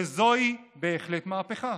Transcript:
וזוהי בהחלט מהפכה.